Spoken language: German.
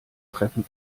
treffen